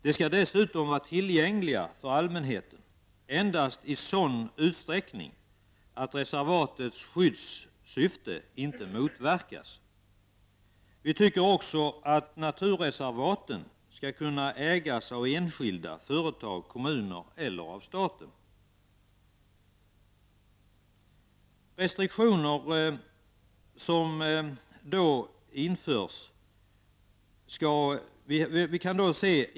De skall dessutom vara tillgängliga för allmänheten endast i sådan utsträckning att reservatets skyddssyfte inte motverkas. Vi tycker också att naturreservaten skall kunna ägas av enskilda, företag, kommuner eller staten.